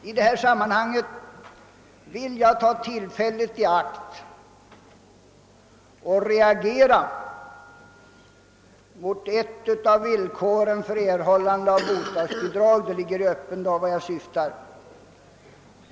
I detta sammanhang vill jag ta tillfället i akt för att reagera mot ett av villkoren för erhållande av bostadsbidrag. Det ligger i öppen dag vad jag syftar på.